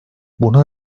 buna